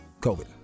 COVID